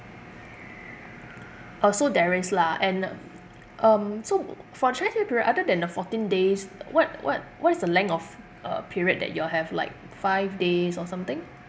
orh so there is lah and um so for chinese new year period other than the fourteen days what what what is the length of uh period that you all have like five days or something